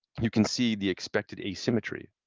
you can see the expected asymmetry.